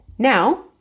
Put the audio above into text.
Now